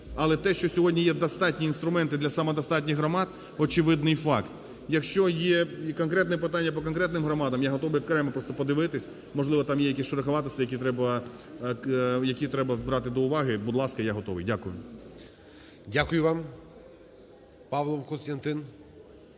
Але те, що сьогодні є достатні інструменти для самодостатніх громад, - очевидний факт. Якщо є і конкретне питання по конкретним громадам, я готовий окремо просто подивитись, можливо, там є якісьшероховатості, які треба брати до уваги, будь ласка, я готовий. Дякую. Веде засідання